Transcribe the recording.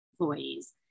employees